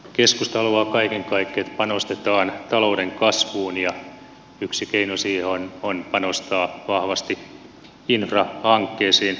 keskusta haluaa kaiken kaikkiaan että panostetaan talouden kasvuun ja yksi keino siihen on panostaa vahvasti infrahankkeisiin